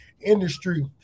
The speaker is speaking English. industry